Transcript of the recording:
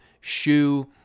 shoe